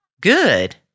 Good